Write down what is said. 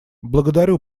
благодарю